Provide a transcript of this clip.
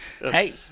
Hey